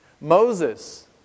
Moses